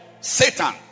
Satan